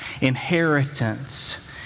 inheritance